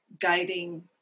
guiding